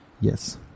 Yes